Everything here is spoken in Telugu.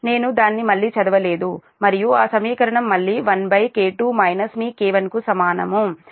నేను దాన్ని మళ్ళీ చదవలేదు మరియు ఆ సమీకరణం మళ్ళీ1K2 మీK1 కు సమానం అప్పుడు 2